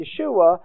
Yeshua